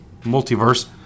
multiverse